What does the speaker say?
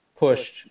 pushed